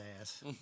ass